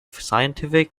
scientific